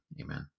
Amen